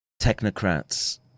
technocrats